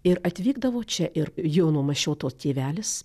ir atvykdavo čia ir jono mašioto tėvelis